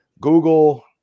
Google